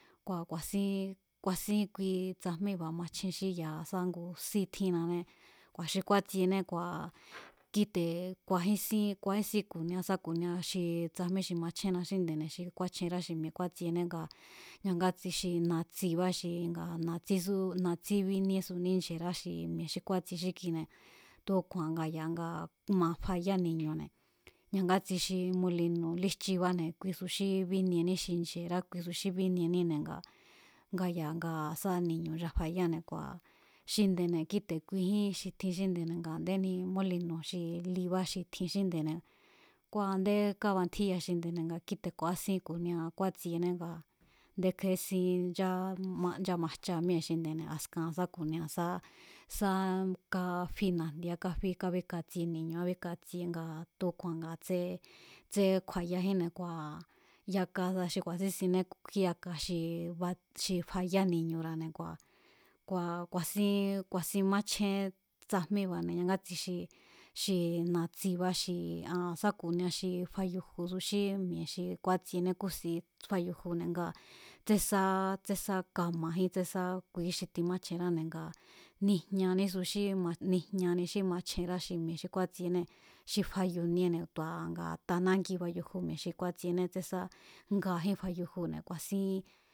Kua̱ ku̱a̱sín, ku̱a̱sín kui tsajmíba̱ machjen xí ya̱ sá ngu sí tjínnané. Kua̱ xi kúátsiené kua̱ kíte̱ ku̱a̱jínsín ku̱a̱ísín ku̱nia sá ku̱nia xi tsajmí xi machjénna xí nde̱ne̱ xi kúáchjenrá xi mi̱e̱ kúátsiene nga ñangátsi xi natsibá xi nga natsísú, natsí bíníésuní nche̱rá xi mi̱e̱ xi kúátsie xí kine̱ tu̱úku̱a̱n nga ya̱ nga ma fayá ni̱ñu̱ne̱ ñangátsi xi molinu̱ líjchibáne̱ kuisu xí bíniení xi nche̱rá kuisú xí bínieníne̱ ngaa̱ nga ya̱ nga sa ni̱ñu̱ nchafayáne̱ kua̱ xi nde̱ne̱ kíte̱ kuijín xi tjin xí nde̱ne̱ nga a̱ndéni mólinu̱ xi libá xi tjin xí nde̱ne̱ kua̱ a̱ndé kábantjíya xinde̱ne̱ kíte̱ ku̱a̱ísín ku̱nia kúátsiené nga a̱ndé kje̱esin nchám, nchamajcha míée̱ xinde̱ne̱ askan sa ku̱nia sá, sá káfí na̱jndi̱a̱á kafí kábíkatsie ni̱ñu̱ kábíkatsie nga tu̱úku̱a̱n nga tsé tsé kju̱a̱yajínne̱ kua̱ yakasa xi ku̱a̱sín sinné ku̱ kíyaka xi bats. xi fayá ni̱ñu̱ra̱ne̱ kua̱, kua̱ ku̱a̱sín, ku̱a̱sin machjén tsajmíba̱ne̱ ñangátsi xi xi natsibá xi an sá ku̱nia xi fayujusu xí mi̱e̱ xi kúátsiené, kúsin fáyujune̱ ngaa̱ tsénsá, tsésá kama̱jín tsésa kuijín xi timáchjenráne̱, nijñanísu xí mac, nijñani xí machjenrá xí mi̱e̱ xi kúátsienée̱ xi fayuníéne̱ tu̱a nga tanángi fayuju xi kúátsiné tsésá ngajín fayujune̱ ku̱a̱sín.